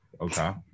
Okay